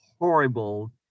horrible